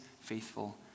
faithful